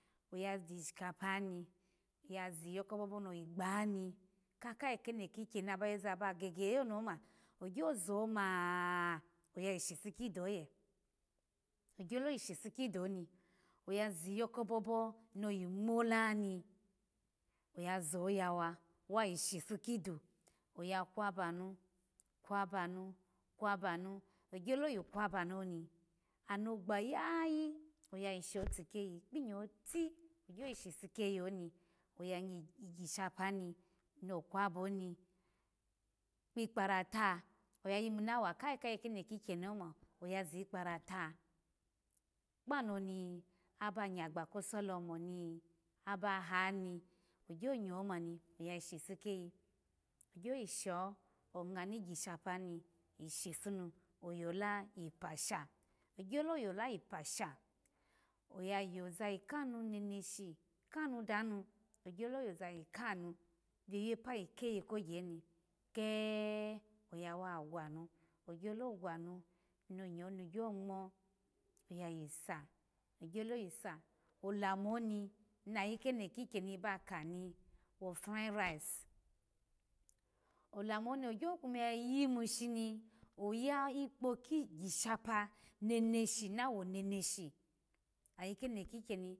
Oya zishi kpa ni ya ziyokobobo no yi gbani kayi kikyeni aba yoza ba gege yoni omo ogyo zoma oya shipu kido oye ogyo yi shipu kedo oni oya ziyo kobobo noyi ngmakni oya zo ya wa wa yi shipu kido ya kwabonu kwabonu kwabonu ogyolo yi kwabonu oni ano gbayayi aya yi shotu keyi tinyowo ti ogyo yipu keyi ni oya ngmigishapa ni no kwaboni kpikparata oya yinu na wa kayi ka keno kikyeni oma oya zikparatu kpano naba gyagba kosolomoni aba hani ogyo ma ni oya yi shipu keyi ogyo yisho ongma yola pasha oya yoza kanu piyi wepa yikeyi kogye ni ke e oya wa gwanu ogyolo gwanu ni nyawa ni gyo ngma oyayisa ogyolo yisa olamoni nayi keno kikyeni bakani wofariyi rice olamo oni gyolo kuma ya yimu shoni oya ikpo kigishapa neneshi na womeneshi ayi keno kikyeni